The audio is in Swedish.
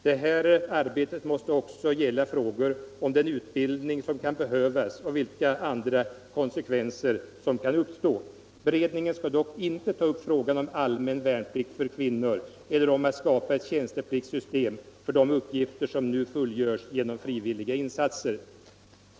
Detta arbete måste också gälla frågor om den utbildning som kan behövas och de andra konsekvenser som kan uppstå. Beredningen skall dock inte ta upp frågan om allmän värnplikt för kvinnor eller frågan om att skapa ett tjänstepliktsystem för de uppgifter som nu fullgörs genom frivilliga insatser.